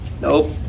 Nope